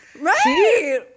Right